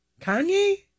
Kanye